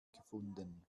gefunden